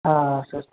آ سَر